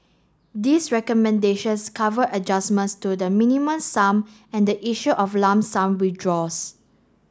these recommendations cover adjustments to the Minimum Sum and the issue of lump sum withdraws